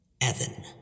Evan